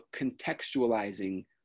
contextualizing